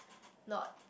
not